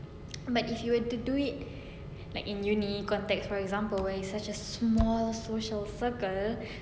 but if you were to do it like in uni context for example when it's such a small social circle